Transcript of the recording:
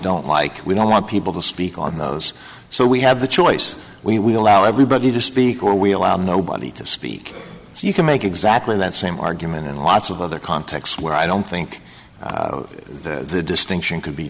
don't like we don't want people to speak on those so we have the choice we allow everybody to speak or we allow nobody to speak so you can make exactly that same argument and lots of other contexts where i don't think the distinction c